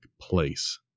place